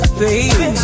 baby